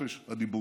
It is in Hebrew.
בחופש הדיבור.